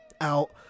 out